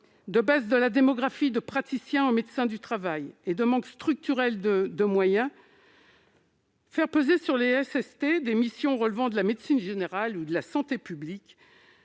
de baisse de la démographie de praticiens en médecine du travail, de temps hypercontraint et de manque structurel de moyens, le fait de faire peser sur les SST des missions relevant de la médecine générale ou de la santé publique